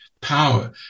power